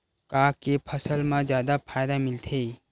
का के फसल मा जादा फ़ायदा मिलथे?